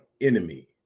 enemy